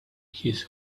his